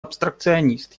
абстракционист